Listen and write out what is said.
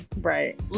Right